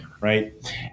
right